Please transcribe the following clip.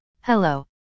hello